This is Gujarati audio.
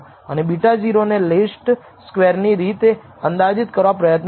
અને β0ને લીસ્ટ સ્ક્વેર ની રીતે અંદાજિત કરવા પ્રયત્ન કરો છો